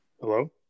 Hello